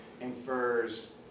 infers